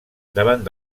davant